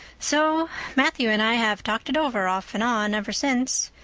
so matthew and i have talked it over off and on ever since.